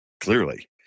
clearly